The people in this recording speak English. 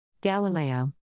Galileo